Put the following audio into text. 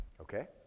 Okay